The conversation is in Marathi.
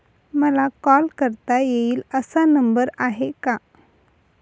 मला कॉल करता येईल असा नंबर आहे का?